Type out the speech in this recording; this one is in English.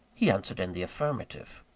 he answered in the affirmative.